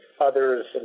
others